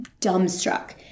dumbstruck